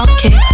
Okay